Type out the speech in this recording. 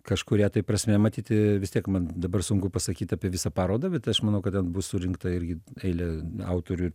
kažkuria prasme matyt vis tiek man dabar sunku pasakyt apie visą parodą bet aš manau kad ten bus surinkta irgi eilė autorių